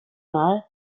nahe